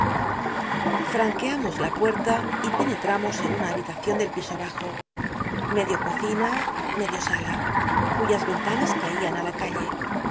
franqueamos la puerta y penetramos en una babitacion del piso bajo med io cocina medio sala cuyas ventanas caían á la calle